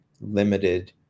limited